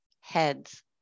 Heads